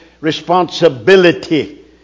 responsibility